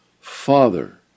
Father